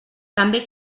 també